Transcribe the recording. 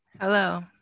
Hello